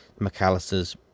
McAllisters